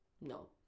No